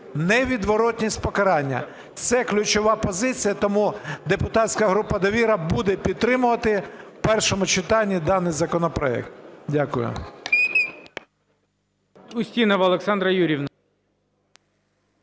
Невідворотність покарання – це ключова позиція. Тому депутатська група "Довіра" буде підтримувати в першому читані даний законопроект. Дякую.